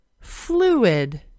Fluid